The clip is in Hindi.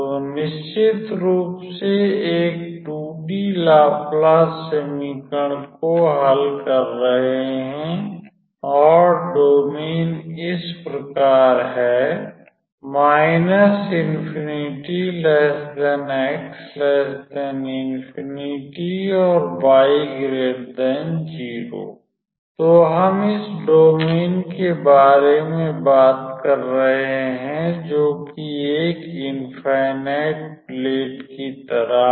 तो निश्चित रूप से एक 2D लाप्लास समीकरण को हल कर रहे हैं और डोमेन इस प्रकार है ∞ x ∞ और y 0 तो हम इस डोमेन के बारे में बात कर रहे हैं जो कि एक इंफाइनाइट प्लेट की तरह है